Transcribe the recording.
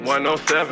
107